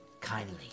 kindly